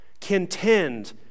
Contend